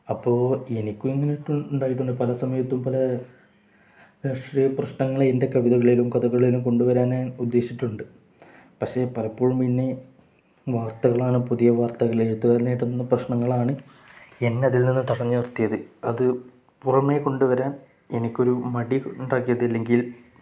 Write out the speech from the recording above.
അപ്പോൾ എനിക്കും ഇങ്ങനെയൊക്കെ ഉണ്ടായിട്ടുണ്ട് പല സമയത്തും പല രാഷീയ പ്രശ്നങ്ങൾ എൻ്റെ കവിതകിലും കഥകളലും കൊണ്ടുവരാൻ ഉദ്ദേശിച്ചിട്ടുണ്ട് പക്ഷേ പലപ്പോഴും എന്നെ വാർത്തകളാണ് പുതിയ വാർത്തകളെ എഴുത്തുകാരായിട്ടുള്ള പ്രശ്നങ്ങളാണ് എന്നെ അതിൽ നിന്ന് തടഞ്ഞു നിർത്തിയത് അത് പുറമേ കൊണ്ടുവരാൻ എനിക്കൊരു മടി ഉണ്ടാക്കിയതില്ലെങ്കിൽ